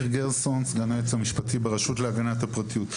סגן היועץ המשפטי ברשות להגנת הפרטיות.